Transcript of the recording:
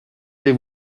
vais